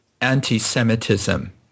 anti-Semitism